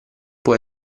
può